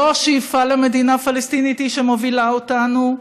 לא השאיפה למדינה פלסטינית היא שמובילה אותנו,